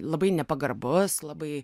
labai nepagarbus labai